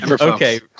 Okay